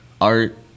art